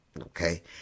okay